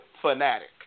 fanatic